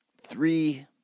three